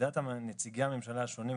עמדת נציגי הממשלה השונים,